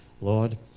Lord